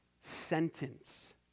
sentence